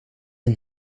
een